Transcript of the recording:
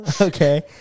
okay